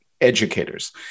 educators